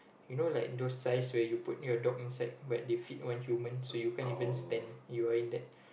you know like those size where you put your dog inside but they fit one human so you can't even stand you're in that